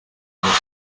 kubera